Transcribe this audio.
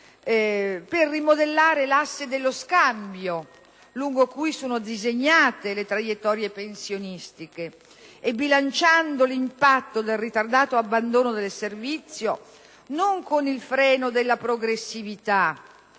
per rimodellare l'asse dello scambio lungo cui sono disegnate le traiettorie pensionistiche, bilanciando l'impatto del ritardato abbandono del servizio non con il freno della progressività,